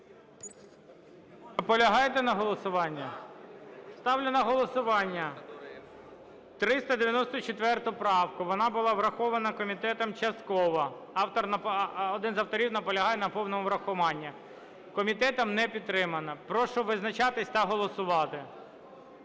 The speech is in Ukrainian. Наполягаєте на голосуванні? Ставлю на голосування 394 правку, вона була врахована комітетом частково. Один з авторів наполягає на повному врахуванні. Комітетом не підтримана. Прошу визначатись та голосувати.